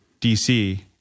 DC